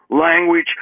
language